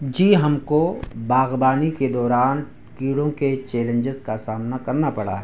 جی ہم کو باغبانی کے دوران کیڑوں کے چیلنجیز کا سامنا کرنا پڑا